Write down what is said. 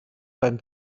beim